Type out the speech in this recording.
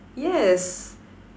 yes